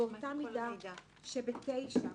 באותה מידה שב-(9),